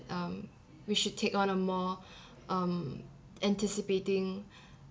um we should take on a more um anticipating